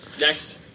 Next